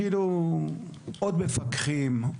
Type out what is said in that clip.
עוד מפקחים,